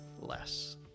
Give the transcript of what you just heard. less